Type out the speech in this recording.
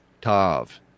tav